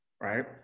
right